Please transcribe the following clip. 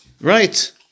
right